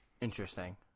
Interesting